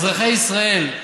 אזרחי ישראל,